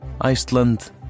Iceland